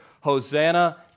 Hosanna